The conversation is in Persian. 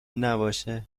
نباشه